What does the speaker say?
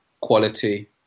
quality